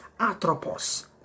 Atropos